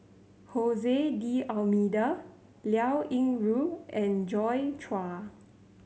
D'Almeida Liao Yingru and Joi Chua